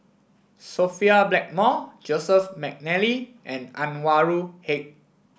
Sophia Blackmore Joseph McNally and Anwarul Haque